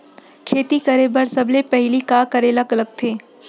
खेती करे बर सबले पहिली का करे ला लगथे?